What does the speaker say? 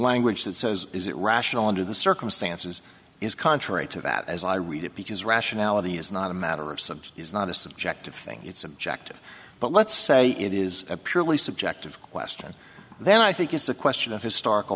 language that says is it rational under the circumstances is contrary to that as i read it because rationality is not a matter of subject is not a subjective thing it's objective but let's say it is a purely subjective question then i think it's a question of historical